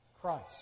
Christ